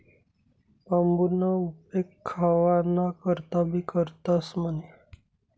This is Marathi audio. बांबूना उपेग खावाना करता भी करतंस म्हणे